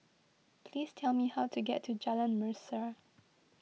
please tell me how to get to Jalan Mesra